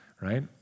right